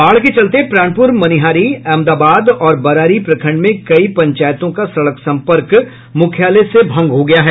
बाढ़ के चलते प्राणपुर मनिहारी अमदाबाद और बरारी प्रखंड में कई पंचायतों का सड़क सम्पर्क मुख्यालय से भंग हो गया है